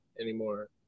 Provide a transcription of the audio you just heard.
anymore